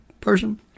person